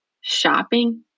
shopping